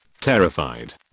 terrified